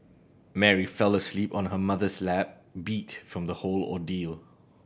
Mary fell asleep on her mother's lap beat from the whole ordeal